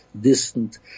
distant